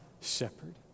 shepherd